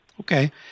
Okay